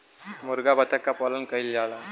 मुरगा बत्तख क पालन कइल जाला